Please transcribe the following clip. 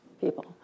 people